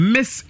Miss